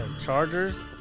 Chargers